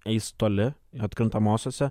eis toli atkrintamosiose